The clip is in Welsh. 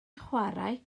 chwarae